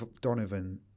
donovan